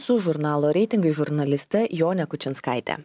su žurnalo reitingai žurnaliste jone kučinskaite